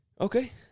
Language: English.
Okay